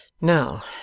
Now